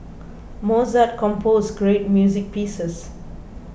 Mozart composed great music pieces